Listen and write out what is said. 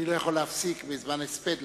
אני לא יכול להפסיק בזמן הספד,